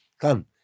come